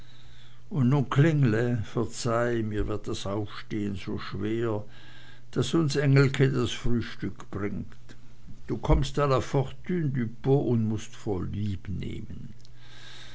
aber nun klingle verzeih mir wird das aufstehn so schwer daß uns engelke das frühstück bringt du kommst la fortune du pot und mußt